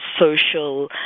social